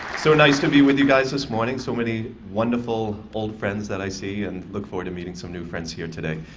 so nice to be with you guys this morning so many wonderful old friends that i see and look forward to meeting some new friends today.